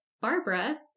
Barbara